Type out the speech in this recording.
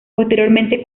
posteriormente